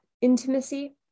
intimacy